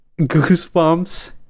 Goosebumps